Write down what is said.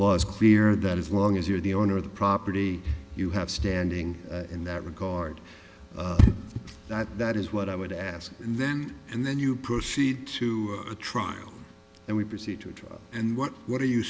is clear that as long as you're the owner of the property you have standing in that regard that that is what i would ask then and then you proceed to a trial and we proceed to trial and what what are you